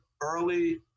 early